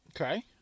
Okay